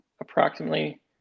approximately